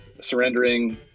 surrendering